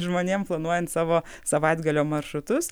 žmonėm planuojant savo savaitgalio maršrutus